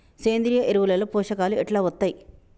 సేంద్రీయ ఎరువుల లో పోషకాలు ఎట్లా వత్తయ్?